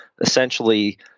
Essentially